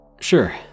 Sure